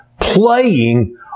playing